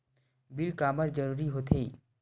Bill काबर जरूरी होथे?